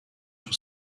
sur